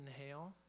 inhale